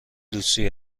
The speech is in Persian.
لوسی